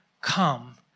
come